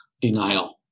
denial